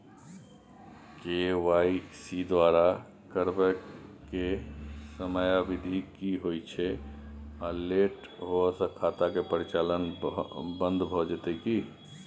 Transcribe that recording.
KYC दोबारा करबै के समयावधि की होय छै आ लेट होय स खाता के परिचालन बन्द भ जेतै की?